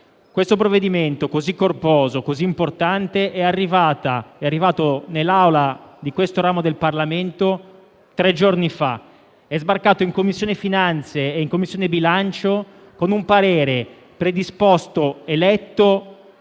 Un provvedimento così corposo e importante è arrivato nell'Aula di questo ramo del Parlamento tre giorni fa; è sbarcato in Commissione finanze e in Commissione bilancio con un parere predisposto e letto